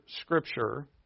scripture